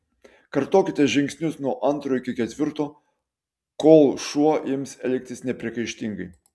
kartokite žingsnius nuo antro iki ketvirto kol šuo ims elgtis nepriekaištingai